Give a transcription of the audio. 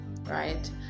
right